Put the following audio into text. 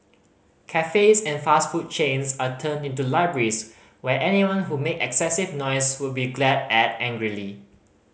cafes and fast food chains are turned into libraries where anyone who make excessive noise would be glared at angrily